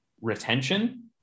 retention